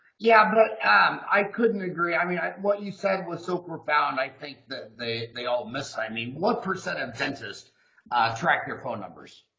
yeah but um i couldn't agree i mean i what you said was so profound i think that they they all missed i mean what percent of dentist tracked your phone numbers?